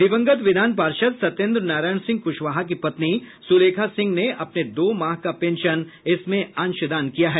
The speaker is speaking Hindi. दिवंगत विधान पार्षद सत्येन्द्र नारायण सिंह कुशवाहा की पत्नी सुलेखा सिंह ने अपने दो माह का पेंशन इसमें अंशदान किया है